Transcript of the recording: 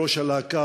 בראש הלהקה,